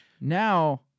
Now